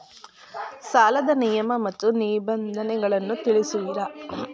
ಸಾಲದ ನಿಯಮ ಮತ್ತು ನಿಬಂಧನೆಗಳನ್ನು ತಿಳಿಸುವಿರಾ?